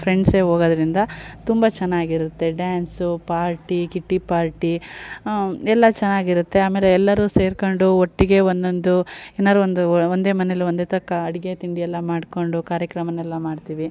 ಫ್ರೆಂಡ್ಸೆ ಹೋಗೋದ್ರಿಂದ ತುಂಬ ಚೆನ್ನಾಗಿರುತ್ತೆ ಡ್ಯಾನ್ಸು ಪಾರ್ಟಿ ಕಿಟ್ಟಿ ಪಾರ್ಟಿ ಎಲ್ಲ ಚೆನ್ನಾಗಿರುತ್ತೆ ಆಮೇಲೆ ಎಲ್ಲರು ಸೇರ್ಕೊಂಡು ಒಟ್ಟಿಗೆ ಒನ್ನೊಂದು ಏನಾರು ಒಂದು ಒಂದೆ ಮನೆಯಲ್ಲಿ ಒಂದೇ ತಕ್ಕ ಅಡಿಗೆ ತಿಂಡಿ ಎಲ್ಲ ಮಾಡಿಕೊಂಡು ಕಾರ್ಯಕ್ರಮನೆಲ್ಲ ಮಾಡ್ತೀವಿ